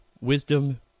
wisdom